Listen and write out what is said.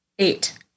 Eight